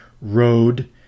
road